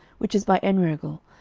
which is by enrogel,